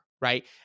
Right